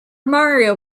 mario